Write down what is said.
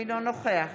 אינו נוכח